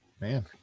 man